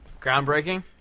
Groundbreaking